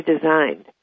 designed